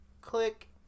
click